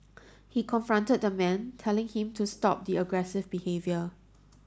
he confronted the man telling him to stop the aggressive behaviour